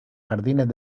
jardines